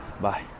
Bye